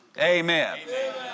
Amen